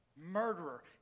murderer